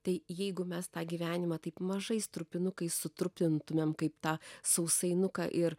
tai jeigu mes tą gyvenimą taip mažais trupinukais sutrupintumėm kaip tą sausainuką ir